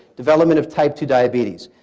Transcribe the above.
development of type two diabetes.